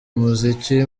umuziki